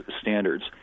standards